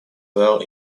well